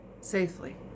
safely